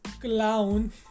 clown